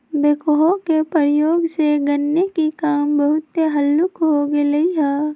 backhoe के प्रयोग से खन्ने के काम बहुते हल्लुक हो गेलइ ह